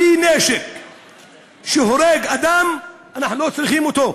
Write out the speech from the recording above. כל כלי נשק שהורג אדם, אנחנו לא צריכים אותו.